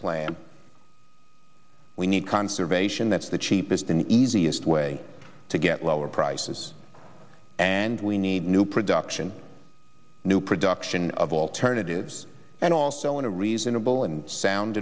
plan we need conservation that's the cheapest and easiest way to get lower prices and we need new production new production of alternatives and also in a reasonable and sound